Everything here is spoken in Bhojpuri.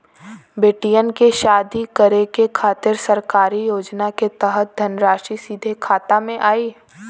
बेटियन के शादी करे के खातिर सरकारी योजना के तहत धनराशि सीधे खाता मे आई?